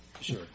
sure